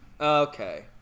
Okay